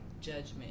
judgment